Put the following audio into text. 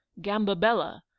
Gambabella